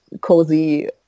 cozy